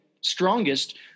strongest